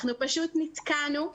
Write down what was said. אנחנו פשוט נתקענו.